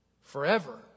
Forever